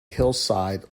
hillside